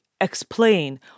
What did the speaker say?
explain